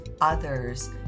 others